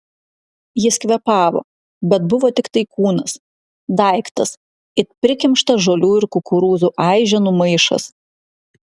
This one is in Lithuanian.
jis kvėpavo bet buvo tiktai kūnas daiktas it prikimštas žolių ir kukurūzų aiženų maišas